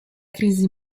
crisi